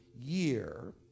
year